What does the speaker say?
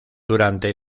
durante